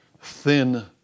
thin